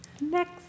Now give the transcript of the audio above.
Next